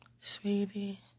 sweetie